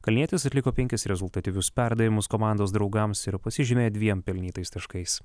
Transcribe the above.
kalnietis atliko penkis rezultatyvius perdavimus komandos draugams ir pasižymėjo dviem pelnytais taškais